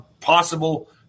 possible